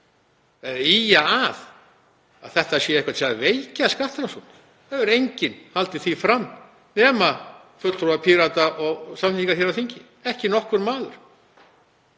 að þetta sé eitthvað til þess að veikja skattrannsóknir. Það hefur enginn haldið því fram nema fulltrúar Pírata og Samfylkingar hér á þingi, ekki nokkur maður.